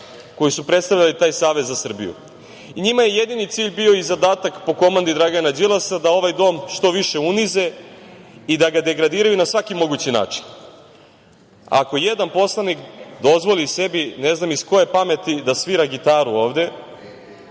koji su predstavljali taj Savez za Srbiju. Njima je jedini cilj i zadatak bio, po komandi Dragana Đilasa, da ovaj dom što više unize i da ga degradiraju na svaki mogući način. Ako jedan poslanik dozvoli sebi, ne znam iz koje pameti, da svira gitaru ovde,